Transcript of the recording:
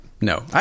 No